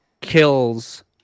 kills